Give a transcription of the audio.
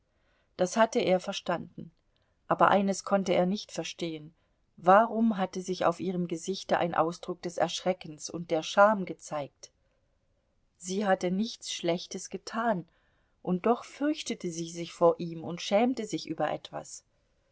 das hatte er verstanden aber eines konnte er nicht verstehen warum hatte sich auf ihrem gesichte ein ausdruck des erschreckens und der scham gezeigt sie hatte nichts schlechtes getan und doch fürchtete sie sich vor ihm und schämte sich über etwas